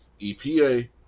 EPA